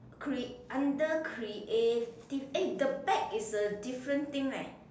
crea~ under creative eh the bag is a different thing leh